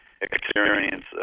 experience